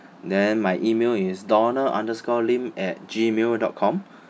then my email is donald underscore lim at G mail dot com